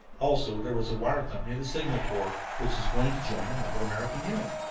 also, there was a wire company of the signal corps, which was going to join another american unit.